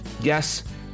yes